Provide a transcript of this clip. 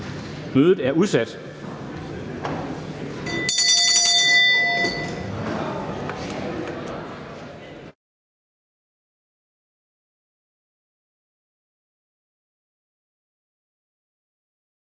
Mødet er udsat.